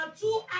two